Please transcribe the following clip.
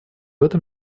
этом